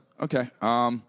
Okay